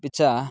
अपि च